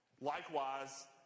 likewise